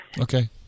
Okay